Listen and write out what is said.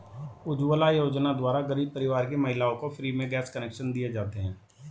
उज्जवला योजना द्वारा गरीब परिवार की महिलाओं को फ्री में गैस कनेक्शन दिए जाते है